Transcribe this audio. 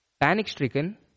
panic-stricken